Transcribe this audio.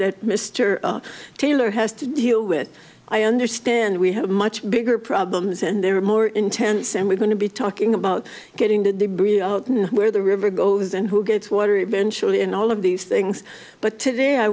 that mr taylor has to deal with i understand we have much bigger problems and they're more intense and we're going to be talking about getting to where the river goes and who gets water eventually in all of these things but today i